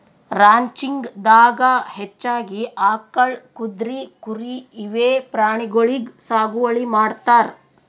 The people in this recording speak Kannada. ರಾಂಚಿಂಗ್ ದಾಗಾ ಹೆಚ್ಚಾಗಿ ಆಕಳ್, ಕುದ್ರಿ, ಕುರಿ ಇವೆ ಪ್ರಾಣಿಗೊಳಿಗ್ ಸಾಗುವಳಿ ಮಾಡ್ತಾರ್